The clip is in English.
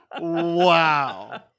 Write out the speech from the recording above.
wow